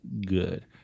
good